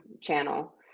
channel